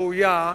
ראויה,